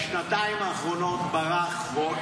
הארה, עם א': בשנתיים האחרונות ברח פה,